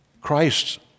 Christ